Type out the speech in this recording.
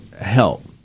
help